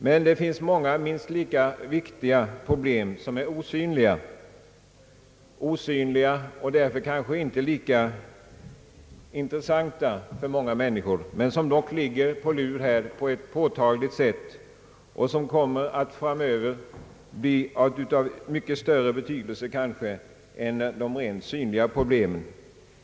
Det finns vidare många minst lika viktiga problem som är osynliga och därför kanske inte lika intressanta för många människor, men som dock ligger på lur här på ett påtagligt sätt och som kommer att framöver bli av mycket större betydelse än de rent synliga problemen.